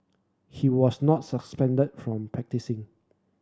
he was not suspended from practising